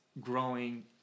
growing